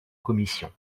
commission